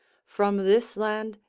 from this land,